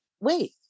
wait